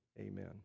Amen